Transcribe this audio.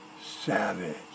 Savage